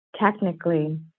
technically